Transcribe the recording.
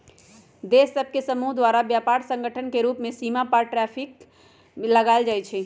देश सभ के समूह द्वारा व्यापार संगठन के रूप में सीमा पार व्यापार पर टैरिफ लगायल जाइ छइ